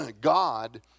God